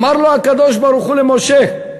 אמר הקדוש-ברוך-הוא למשה: